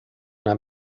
una